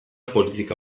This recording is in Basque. politika